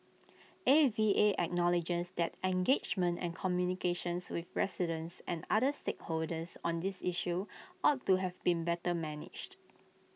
A V A acknowledges that engagement and communications with residents and other stakeholders on this issue ought to have been better managed